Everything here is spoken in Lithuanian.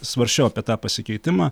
svarsčiau apie tą pasikeitimą